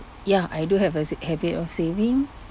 ya I do have a sa~ habit of saving